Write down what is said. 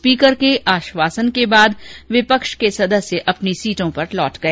speaker के आश्वासन के बाद विपक्ष के सदस्य अपनी सीटों पर लौट गए